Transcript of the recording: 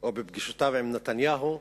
או בפגישותיו עם נתניהו.